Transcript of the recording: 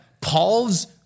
Paul's